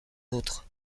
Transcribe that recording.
autres